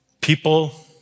People